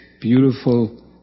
beautiful